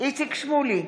איציק שמולי,